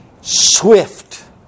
swift